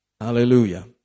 Hallelujah